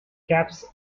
caps